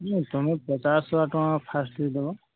ମୁଁ ତମେ ପଚାଶ ଶହେ ଟଙ୍କା ଫାଷ୍ଟ ଦେଇଦବ